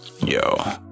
Yo